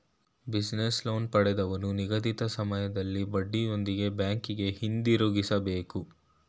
business loan ಪಡೆದವನು ನಿಗದಿತ ಸಮಯದಲ್ಲಿ ಬಡ್ಡಿಯೊಂದಿಗೆ ಬ್ಯಾಂಕಿಗೆ ಹಿಂದಿರುಗಿಸಬೇಕು